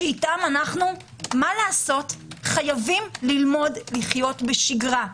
שאתן אנו חייבים ללמוד לחיות בשגרה,